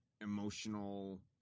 emotional